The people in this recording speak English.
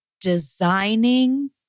designing